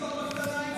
בואו נפתור בקטנה את זה.